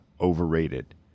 overrated